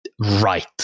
right